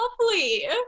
lovely